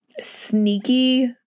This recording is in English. sneaky